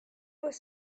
was